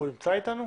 הוא נמצא אתנו?